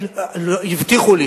הבטיחו לי.